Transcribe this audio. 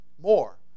more